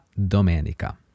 domenica